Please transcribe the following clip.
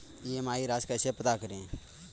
EMI राशि कैसे पता करें?